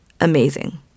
amazing